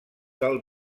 del